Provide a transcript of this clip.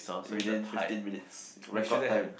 within fifteen minutes record time